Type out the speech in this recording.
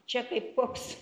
čia kaip koks